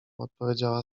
odpowiedziała